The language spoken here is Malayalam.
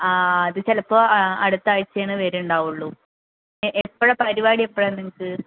ആ അത് ചിലപ്പോൾ അടുത്ത ആഴ്ചയാണ് വരികയുണ്ടാവുകയുള്ളു എപ്പഴാണ് പരിപാടി എപ്പഴാണ് നിങ്ങൾക്ക്